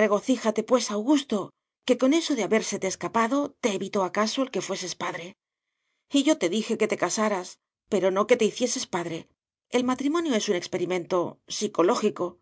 regocíjate pues augusto que con eso de habérsete escapado te evitó acaso el que fueses padre y yo te dije que te casaras pero no que te hicieses padre el matrimonio es un experimento psicológico